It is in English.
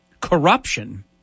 corruption